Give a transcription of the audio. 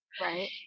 Right